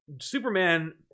Superman